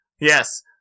Yes